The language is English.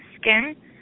skin